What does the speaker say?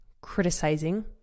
criticizing